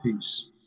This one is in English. peace